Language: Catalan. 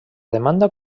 demanda